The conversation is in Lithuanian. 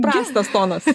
prastas tonas